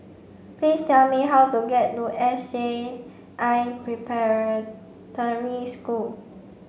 please tell me how to get to S J I Preparatory School